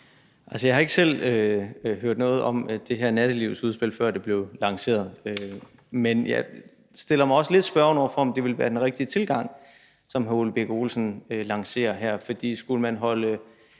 jeg havde ikke selv hørt noget om det her nattelivsudspil, før det blev lanceret. Men jeg stiller mig også lidt spørgende over for, om det, som hr. Ole Birk Olesen lancerer her, ville være